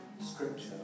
scripture